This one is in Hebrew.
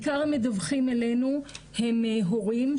עיקר המדווחים אלינו הם הורים,